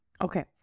Okay